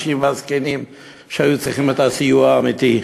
על הקשישים והזקנים שהיו צריכים את הסיוע האמיתי.